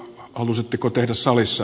kyllä